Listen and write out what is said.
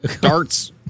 Darts